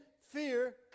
fear